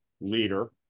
leader